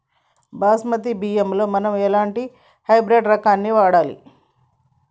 బాస్మతి బియ్యంలో మనం ఎలాంటి హైబ్రిడ్ రకం ని వాడాలి?